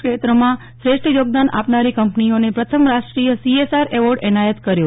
ક્ષેત્રમાં શ્રેષ્ઠ યોગદાન આપનારી કંપનીઓને પ્રથમ રાષ્ટ્રીય સીએસઆર એવોર્ડ એનાયત કર્યો